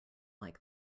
like